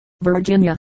Virginia